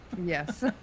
Yes